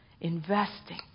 investing